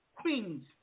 Queens